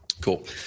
cool